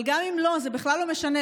אבל גם אם לא, זה בכלל לא משנה.